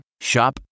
Shop